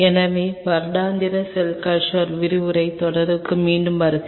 எனவே வருடாந்திர cell culture விரிவுரைத் தொடருக்கு மீண்டும் வருக